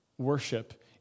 Worship